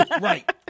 right